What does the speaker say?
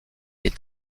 est